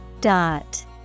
Dot